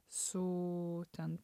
su ten